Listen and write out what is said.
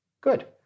Good